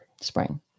Spring